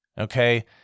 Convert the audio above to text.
Okay